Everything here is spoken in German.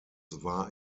war